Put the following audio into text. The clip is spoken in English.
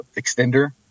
extender